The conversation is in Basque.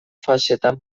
fasetan